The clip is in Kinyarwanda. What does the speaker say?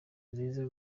nziza